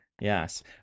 Yes